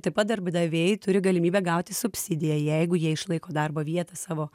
taip pat darbdaviai turi galimybę gauti subsidiją jeigu jie išlaiko darbo vietą savo